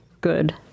good